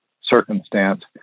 circumstance